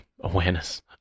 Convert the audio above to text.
Awareness